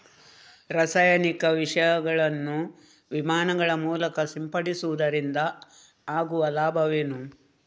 ರಾಸಾಯನಿಕ ವಿಷಗಳನ್ನು ವಿಮಾನಗಳ ಮೂಲಕ ಸಿಂಪಡಿಸುವುದರಿಂದ ಆಗುವ ಲಾಭವೇನು?